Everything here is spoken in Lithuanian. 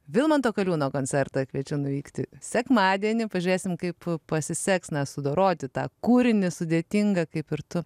vilmanto kaliūno koncertą kviečia nuvykti sekmadienį pažiūrėsime kaip pasiseks sudoroti tą kūrinį sudėtinga kaip ir tu